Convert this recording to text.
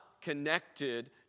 connected